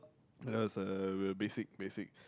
that was a basic basic